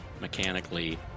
mechanically